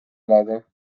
elada